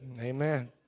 Amen